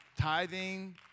tithing